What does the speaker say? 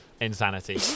Insanity